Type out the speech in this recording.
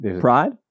Pride